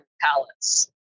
Palace